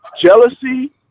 jealousy